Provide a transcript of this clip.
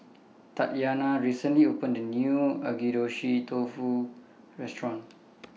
Tatyana recently opened A New Agedashi Dofu Restaurant